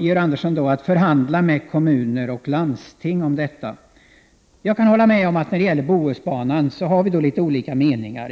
Georg Andersson sade att förhandlingar måste föras med kommuner och landsting. Jag kan hålla med om att vi beträffande Bohusbanan har litet olika meningar.